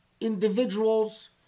individuals